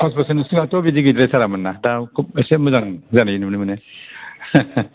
फास बोसोरनि सिगांथ' बिदि गैद्राय थारा मोनना दा खुब एसे मोजां जानाय नुनो मोनो